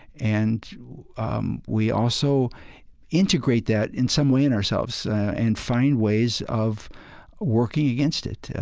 and um we also integrate that in some way in ourselves and find ways of working against it,